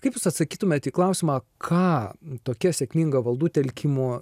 kaip jūs atsakytumėt į klausimą ką tokia sėkminga valdų telkimo